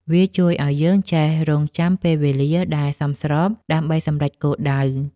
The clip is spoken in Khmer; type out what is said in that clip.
វាជួយឱ្យយើងចេះរង់ចាំពេលវេលាដែលសមស្រប ដើម្បីសម្រេចគោលដៅ។